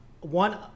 one